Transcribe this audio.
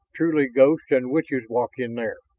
truly ghosts and witches walk in there.